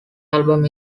album